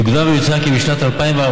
יוקדם ויצוין כי בשנת 2014